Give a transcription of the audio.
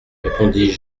répondis